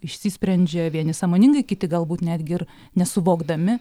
išsisprendžia vieni sąmoningai kiti galbūt netgi ir nesuvokdami